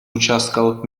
участкалык